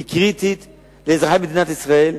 היא קריטית לאזרחי מדינת ישראל,